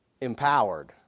empowered